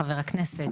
חבר הכנסת,